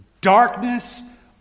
Darkness